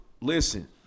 Listen